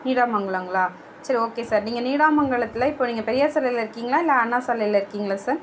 நீடாமங்கலங்களா சரி okay sir நீங்கள் நீடாமங்கலத்தில் இப்போது நீங்கள் பெரியார் சாலைல இருக்கீங்களா இல்லை அண்ணா சாலையில் இருக்கீங்களா சார்